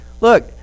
look